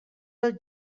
dels